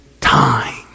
time